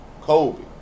Kobe